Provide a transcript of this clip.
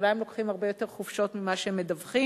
אולי הם לוקחים הרבה יותר חופשות ממה שהם מדווחים.